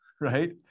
right